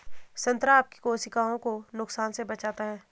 संतरा आपकी कोशिकाओं को नुकसान से बचाता है